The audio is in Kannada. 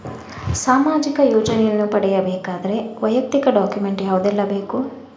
ಸಾಮಾಜಿಕ ಯೋಜನೆಯನ್ನು ಪಡೆಯಬೇಕಾದರೆ ವೈಯಕ್ತಿಕ ಡಾಕ್ಯುಮೆಂಟ್ ಯಾವುದೆಲ್ಲ ಬೇಕು?